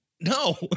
No